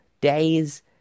days